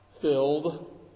filled